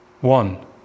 One